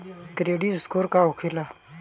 Credit score का होखेला?